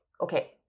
okay